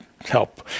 help